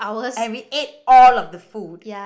and we ate all of the food